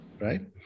right